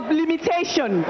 limitation